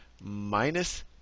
minus